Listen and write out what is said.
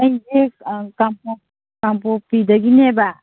ꯑꯩꯁꯦ ꯀꯥꯡꯄꯣꯛꯄꯤꯗꯒꯤꯅꯦꯕ